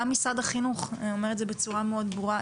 גם משרד החינוך אומר את זה בצורה מאוד ברורה,